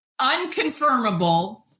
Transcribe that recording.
unconfirmable